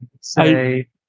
say